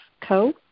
Co